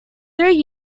three